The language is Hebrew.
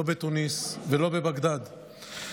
לא בתוניס ולא בבגדד,